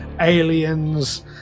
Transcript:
aliens